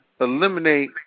eliminate